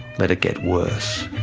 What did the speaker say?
let it get worse.